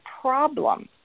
problem